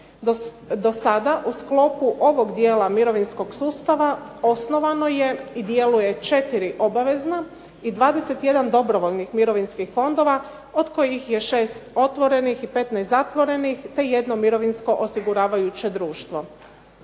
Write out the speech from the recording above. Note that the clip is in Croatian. Do sada u sklopu ovog dijela mirovinskog sustava osnovano je i djeluje četiri obavezna i 21 dobrovoljnih mirovinskih fondova, od kojih je 6 otvorenih i 15 zatvorenih, te jedno mirovinsko osiguravajuće društvo.